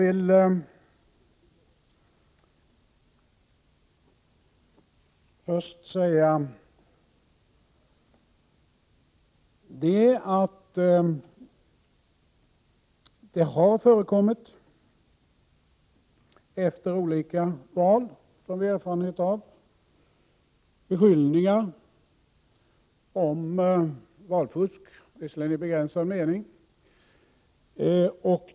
Vi har erfarenhet av att det efter olika val har förekommit beskyllningar om valfusk, om än i begränsad mening.